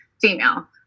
female